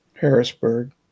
Harrisburg